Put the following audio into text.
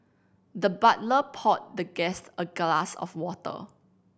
the butler poured the guest a glass of water